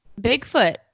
Bigfoot